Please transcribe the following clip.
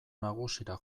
nagusira